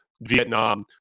Vietnam